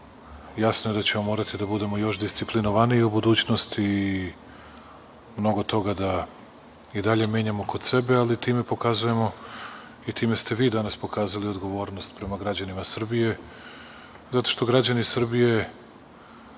jasno je da ćemo morati da budemo još disciplinovaniji u budućnosti i mnogo toga da i dalje menjamo kod sebe, ali time pokazujemo i time ste vi danas pokazali odgovornost prema građanima Srbije, zato što građani Srbije